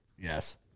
Yes